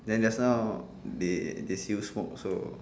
then just now they they see you smoke also